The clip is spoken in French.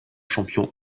champion